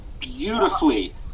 Beautifully